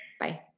Bye